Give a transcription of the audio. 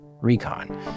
recon